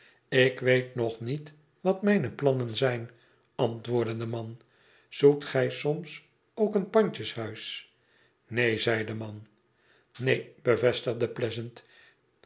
ik weet nog niet wat mijne plannen zijn antwoordde de man zoekt gij soms ook een pandjeshuis neen zei de man neen bevestigde pleasant